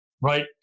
right